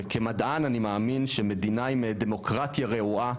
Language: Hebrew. וכמדען אני מאמין שמדינה עם דמוקרטיה רעועה,